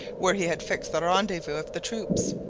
where he had fixed the rendezvous of the troops.